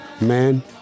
man